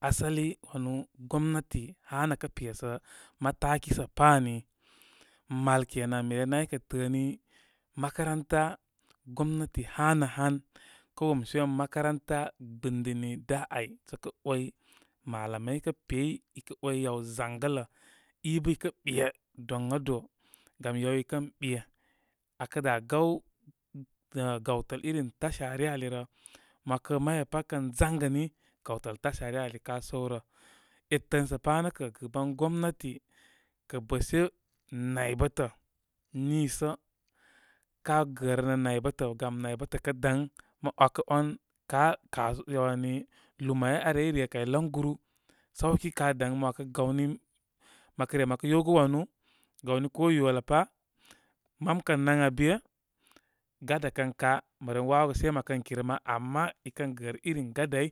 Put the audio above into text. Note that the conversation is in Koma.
Asali wanu gomnati hanə kə pesə mataki sə pa ani. Mal kenan mi re nay kə tə'ə' ni makaranta. Gomnati hanə hankə' wemshe won makaranta gbiplusn, ami da ay sə kə' 'wy malamai kə pey i kə 'way yaw zangətə i bə i kə ɓe doya do. Gam yaw i kən ɓe akə da' gaw abarh gawtəl irin tasha' nyə ali rə. Mə 'wakə may wanya pat kən zaŋgə ni, gawtəl tasha ryə ali kə ka sə w rə. Etən sə pa nə' kə' gban gomnati kə bə she naybətə. nisə ka gərənə naybətə gam naybətə kə' daŋ, mo 'wakə 'wan ka', ka' wani umai arey rekə' ay laŋguru sawki ka day. Mə 'wakə gawni, mə re mə kə yewgə 'wanu gawni, ko yola pabar. Mam kə naŋ abe, gadgkə kai. Mə ren wawogə sei mə kən kirə ma. Ama i kən gərə irin gadai